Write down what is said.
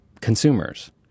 consumers